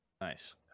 Nice